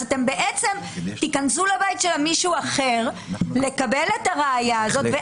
אז אתם בעצם תיכנסו לבית של המישהו אחר לקבל את הראיה הזאת,